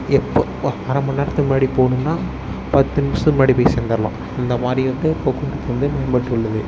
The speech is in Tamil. எப்போது அரைமண் நேரத்துக்கு முன்னாடி போணும்னால் பத்து நிமிசத்துக்கு முன்னாடி போய் சேந்துடலாம் இந்த மாதிரி வந்து போக்குவரத்து வந்து மேம்பட்டுள்ளது